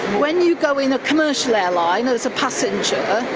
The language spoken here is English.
when you go in a commercial airline as a passenger,